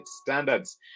standards